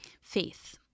Faith